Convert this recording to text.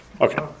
Okay